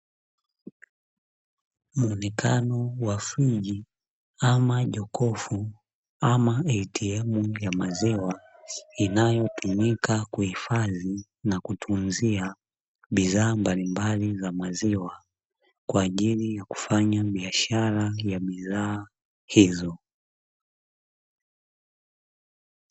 Muonekano wa friji ama jokofu ama "ATM" ya maziwa, inayotumika kuhifadhi na kutunzia bidhaa mbalimbali za maziwa, kwa ajili ya kufanya biashara ya bidhaa hizo.